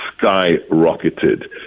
skyrocketed